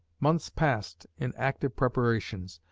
months passed in active preparations.